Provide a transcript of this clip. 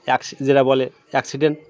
অ্যাক যেটা বলে অ্যাক্সিডেন্ট